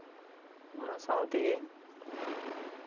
ᱚᱱᱟ ᱥᱟᱶ ᱛᱮᱜᱮ